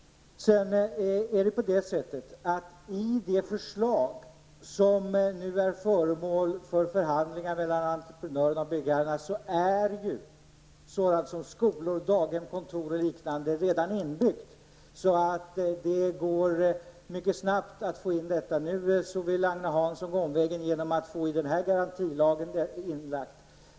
I det förslag som nu är föremål för förhandlingar mellan entreprenörerna och byggherrarna är sådant som skolor, daghem, kontor m.m. redan inbyggt. Det går således mycket snabbt att få in detta. Nu vill Agne Hansson gå omvägen genom att få in det i garantilagen.